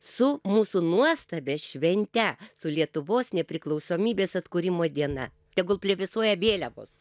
su mūsų nuostabia švente su lietuvos nepriklausomybės atkūrimo diena tegul plevėsuoja vėliavos